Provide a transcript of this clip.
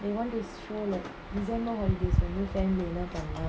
they wanted to solo this and oh want this new family என்ன பன்லா:enna panlaa